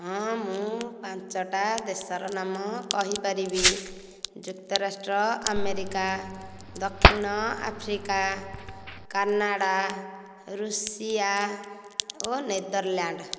ହଁ ମୁଁ ପାଞ୍ଚଟା ଦେଶର ନାମ କହିପାରିବି ଯୁକ୍ତରାଷ୍ଟ୍ର ଆମେରିକା ଦକ୍ଷିଣ ଆଫ୍ରିକା କାନାଡ଼ା ରୁଷିଆ ଓ ନେଦରଲାଣ୍ଡ